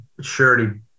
surety